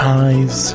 eyes